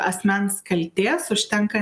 asmens kaltės užtenka